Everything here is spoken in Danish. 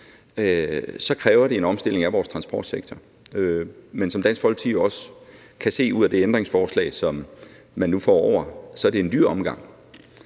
så kræver det en omstilling af vores transportsektor. Men som Dansk Folkeparti også kan se ud fra det ændringsforslag, som man nu får over, så er det en dyr omgang,